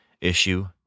issue